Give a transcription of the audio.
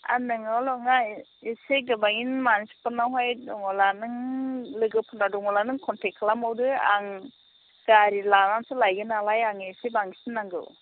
आरो नोंनावल' नङा एसे गोबाङै मानसिफोरनावहाय दङब्ला नों लोगोफोरनाव दङला नों कनटेक्ट खालामबावदो आं गारि लानानैसो लायगोन नालाय आंने एसे बांसिन नांंगौ